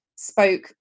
spoke